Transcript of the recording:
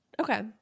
Okay